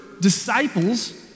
disciples